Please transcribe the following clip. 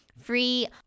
free